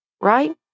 right